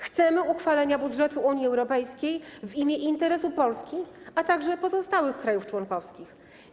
Chcemy uchwalenia budżetu Unii Europejskiej w imię interesu Polski, a także pozostałych krajów członkowskich.